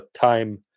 time